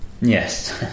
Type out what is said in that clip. Yes